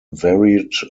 varied